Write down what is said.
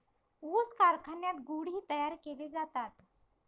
ऊस कारखान्यात गुळ ही तयार केले जातात